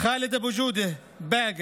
ח'אלד אבו ג'ודה מבאקה,